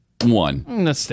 One